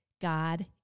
God